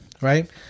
right